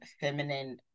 feminine